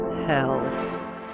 hell